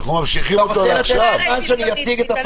לא את התנועה הרוויזיוניסטית.